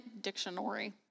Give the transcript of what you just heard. Dictionary